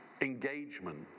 engagement